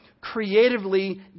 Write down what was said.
creatively